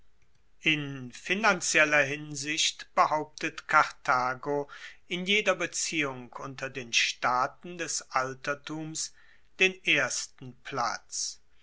in finanzieller hinsicht behauptet karthago in jeder beziehung unter den staaten des altertums den ersten platz